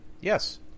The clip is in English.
yes